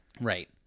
Right